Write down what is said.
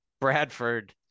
Bradford